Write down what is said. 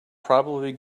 probably